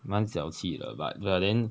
蛮小气的 but then